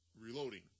reloading